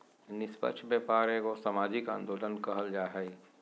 निस्पक्ष व्यापार एगो सामाजिक आंदोलन कहल जा हइ